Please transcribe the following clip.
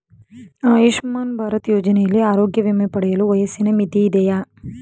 ಆಯುಷ್ಮಾನ್ ಭಾರತ್ ಯೋಜನೆಯಲ್ಲಿ ಆರೋಗ್ಯ ವಿಮೆ ಪಡೆಯಲು ವಯಸ್ಸಿನ ಮಿತಿ ಇದೆಯಾ?